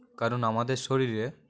কারণ আমাদের শরীরে